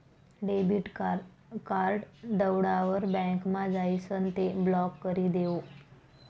debit card दवडावर बँकमा जाइसन ते ब्लॉक करी देवो